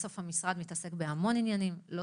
בסוף המשרד מתעסק בהרבה מאוד עניינים ולא